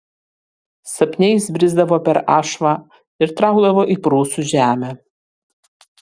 sapne jis brisdavo per ašvą ir traukdavo į prūsų žemę